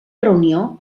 reunió